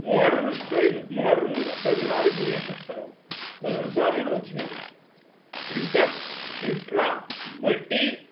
modern स्ट्रैल् modern terminology एतत् सर्वं तदनुसारेण वच्मि अहम् इण्टर् इण्ट्रा मल्टि